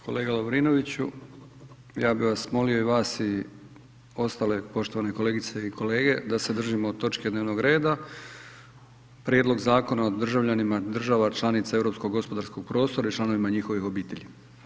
Kolega Lovrinoviću, ja bi vas molio i vas i ostale poštovane kolegice i kolege da se držimo točke dnevnog reda Prijedlog Zakona o državljanima država članica Europskog gospodarskog prostora i članovima njihovih obitelji.